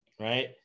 right